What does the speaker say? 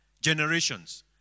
generations